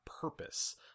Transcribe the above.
purpose